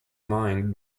mind